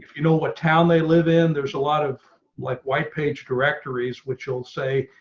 you know what town they live in. there's a lot of like white page directories, which will say,